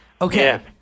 Okay